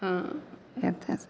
हँ एतए